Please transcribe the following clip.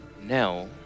Now